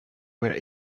were